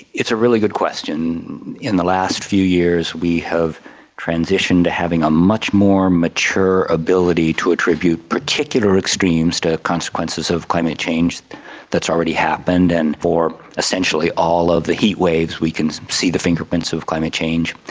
it's a really good question. in the last few years we have transitioned to having a much more mature ability to attribute particular extremes to consequences of climate change that has already happened, and for essentially all of the heatwaves we can see the fingerprints of climate change.